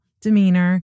demeanor